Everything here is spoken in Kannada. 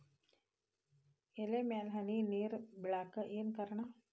ಎಲೆ ಮ್ಯಾಲ್ ಹನಿ ನೇರ್ ಬಿಳಾಕ್ ಏನು ಕಾರಣ?